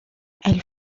elle